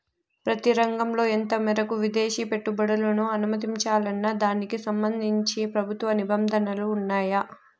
ప్రతి రంగంలో ఎంత మేరకు విదేశీ పెట్టుబడులను అనుమతించాలన్న దానికి సంబంధించి ప్రభుత్వ నిబంధనలు ఉన్నాయా?